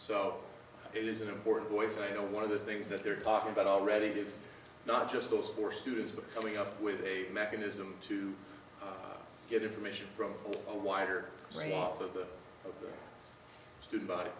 so it is an important voice i know one of the things that they're talking about already give not just those four students but coming up with a mechanism to get information from a wider array of the student body